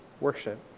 worship